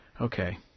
okay